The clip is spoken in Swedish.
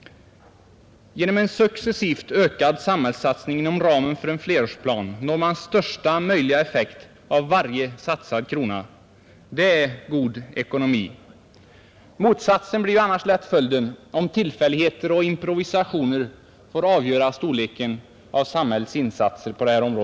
Genom en successivt ökad samhällssatsning inom ramen för en flerårsplan når man största möjliga effekt av varje satsad krona. Det är god ekonomi. Motsatsen blir lätt följden om tillfälligheter och improvisationer får avgöra storleken av samhällets insatser.